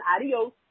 Adios